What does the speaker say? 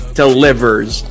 delivers